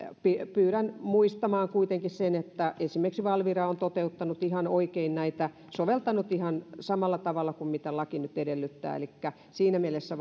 pyydän muistamaan kuitenkin sen että esimerkiksi valvira on toteuttanut ihan oikein näitä soveltanut ihan samalla tavalla kuin mitä laki nyt edellyttää elikkä siinä mielessä